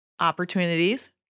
Opportunities